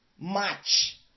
match